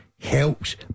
helps